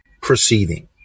proceeding